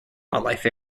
wildlife